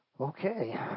Okay